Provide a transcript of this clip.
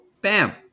bam